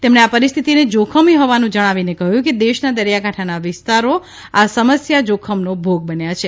તેમણે આ પરિસ્થિતિને જોખમી હોવાનું જણાવી કહ્યું કે દેશના દરિયાકાંઠાના વિસ્તારો આ સમસ્યા જોખમનો ભોગ બન્યા છે